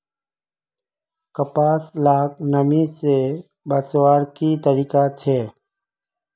कपास लाक नमी से बचवार की तरीका छे?